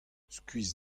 skuizh